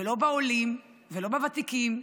לא בעולים ולא בוותיקים,